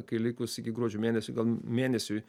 kai likus iki gruodžio mėnesio gal mėnesiui